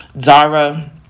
Zara